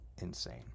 insane